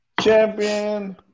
Champion